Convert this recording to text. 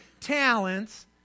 talents